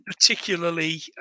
particularly